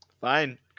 fine